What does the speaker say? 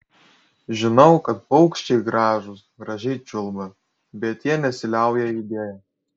žinau kad paukščiai gražūs gražiai čiulba bet jie nesiliauja judėję